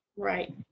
Right